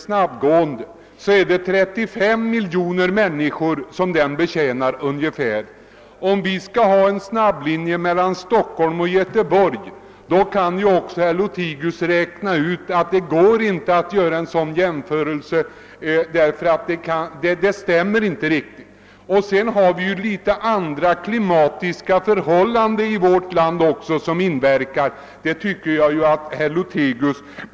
Ungefär 35 miljoner människor skall denna järnvägslinje betjäna. Om vi här i Sverige hade en snabbgående linje mellan Stockholm och Göteborg, kan herr Lothigius räkna ut att det inte går att jämföra denna med den japanska linjen. Det hela stämmer inte riktigt. För övrigt kan det nämnas att vi i vårt land har något annorlunda klimatiska förhållanden.